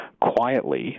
quietly